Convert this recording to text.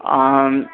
अँ